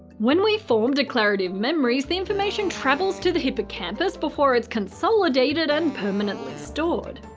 when we form declarative memories, the information travels to the hippocampus before it's consolidated and permanently stored.